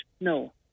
no